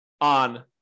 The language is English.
on